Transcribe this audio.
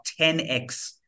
10x